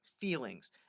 feelings